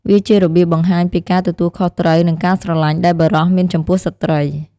វាជារបៀបបង្ហាញពីការទទួលខុសត្រូវ និងការស្រឡាញ់ដែលបុរសមានចំពោះស្ត្រី។